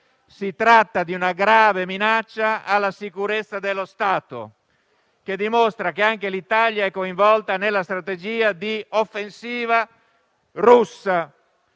Si tratta di una grave minaccia alla sicurezza dello Stato, che dimostra che anche l'Italia è coinvolta nella strategia di offensiva russa.